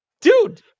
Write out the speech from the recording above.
dude